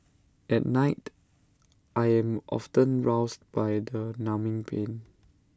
at night I am often roused by the numbing pain